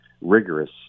rigorous